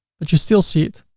but you still see it.